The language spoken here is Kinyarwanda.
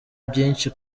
byinshi